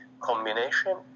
combination